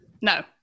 no